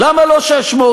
למה לא 600?